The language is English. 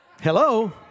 Hello